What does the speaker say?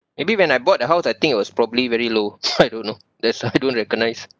maybe when I bought the house I think it was probably very low so I don't know that's why I don't recognise